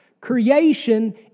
Creation